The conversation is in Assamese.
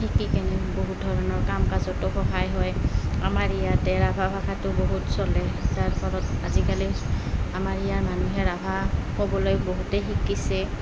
শিকি কিনে বহুত ধৰণৰ কাম কাজতো সহায় হয় আমাৰ ইয়াতে ৰাভা ভাষাটো বহুত চলে যাৰ ফলত আজিকালি আমাৰ ইয়াৰ মানুহে ৰাভা ক'বলৈ বহুতেই শিকিছে